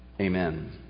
Amen